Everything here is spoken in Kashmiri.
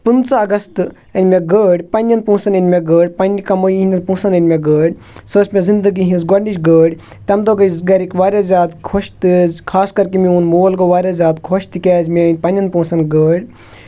پٍنٛژٕہ اَگست أنۍ مےٚ گٲڑۍ پَنٕنؠَن پۅنٛسَن أنۍ مےٚ گٲڑۍ پَنٕنہِ کَمٲے ہٕنٛدٮ۪ن پۄنٛسَن أنۍ مےٚ گٲڑۍ سۅ ٲسۍ مےٚ زِنٛدگی ہٕنٛز گۄڈنِچ گٲڑۍ تَمہِ دۅہ گٔیہِ گَرٕکۍ وارِیاہ زیادٕ خۄش تہٕ خاص کَر کہِ میٛون مول گوٚو وارِیاہ زیادٕ خۄش تِکیٛازِ مےٚ أنۍ پَنٕنؠَن پۄنٛسَن گٲڑۍ